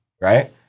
Right